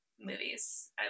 movies